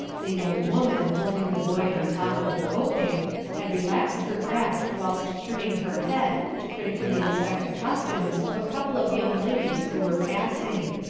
the young woman holding the boy on top of the coping had re laxed her grasp whilst turning her head to critically inspect the costumes of a couple of young ladies who were passing.